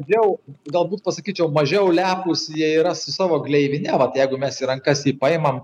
jau galbūt pasakyčiau mažiau lepūs jie yra su savo gleivine vat jeigu mes į rankas jį paimam